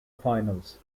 finals